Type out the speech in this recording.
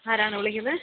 ആരാണ് വിളിക്കുന്നത്